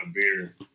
beer